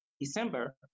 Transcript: December